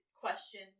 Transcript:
question